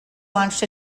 launched